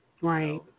Right